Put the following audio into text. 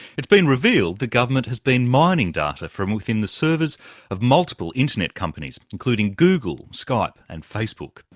it's been revealed the government has been mining data from within the servers of multiple internet companies, including google, skype and facebook.